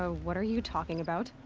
ah what are you talking about?